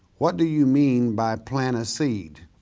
what do you mean by plant a seed?